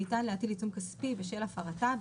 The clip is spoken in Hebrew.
שניתן להטיל עיצום כספי בשל הפרתה,